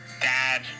Dad